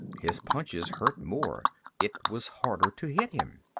his punches hurt more it was harder to hit him.